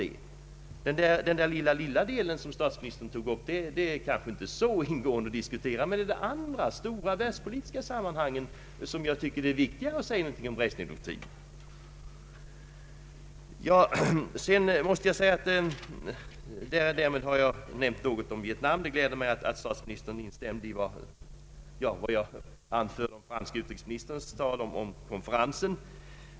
Den ytterst lilla del av problemet som statsministern tog upp finns kanske inte så stor anledning att diskutera, men i de stora världspolitiska sammanhangen är det enligt min mening viktigt att nämna någonting om Brezjnevdoktrinen. Därmed har jag nämnt någonting om Vietnam. Det gläder mig att statsministern instämde i vad jag anförde om den franske utrikesministerns tal om freds konferensen.